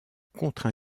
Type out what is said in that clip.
contre